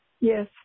Yes